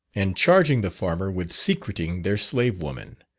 and charging the farmer with secreting their slave woman,